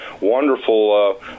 wonderful